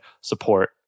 support